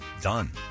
done